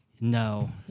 No